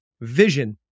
Vision